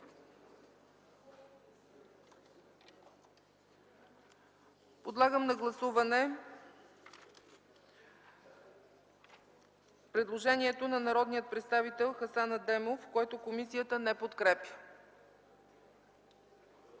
Подлагам на гласуване предложението на народния представител Хасан Адемов, което комисията не подкрепя.